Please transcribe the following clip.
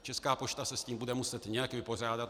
Česká pošta se s tím bude muset nějak vypořádat.